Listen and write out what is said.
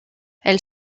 elle